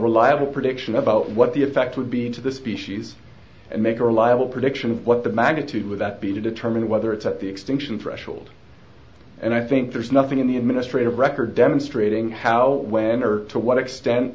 reliable prediction about what the effect would be to the species and make a reliable prediction of what the magnitude would that be to determine whether it's at the extinction threshold and i think there's nothing in the administrative record demonstrating how when or to what extent